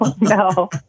no